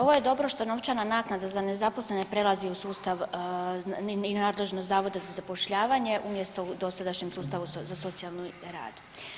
Ovo je dobro što novčana naknada za nezaposlene u sustav i nadležnost Zavoda za zapošljavanje umjesto u dosadašnjem sustavu za socijalni rad.